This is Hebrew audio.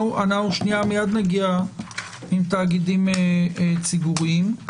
מייד נגיע לתאגידים ציבוריים.